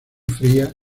fría